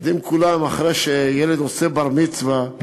יודעים כולם, אחרי שילד עושה בר-מצווה,